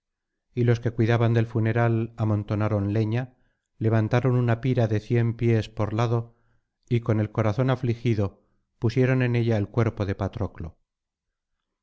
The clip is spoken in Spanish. y los que cuidaban del funeral amontonaron leña levantaron una pira de cien pies por lado y con el corazón afligido pusieron en ella el cuerpo de patroclo